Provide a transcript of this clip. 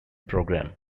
program